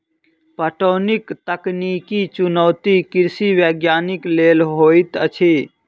पटौनीक तकनीकी चुनौती कृषि वैज्ञानिक लेल होइत अछि